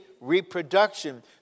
reproduction